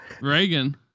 Reagan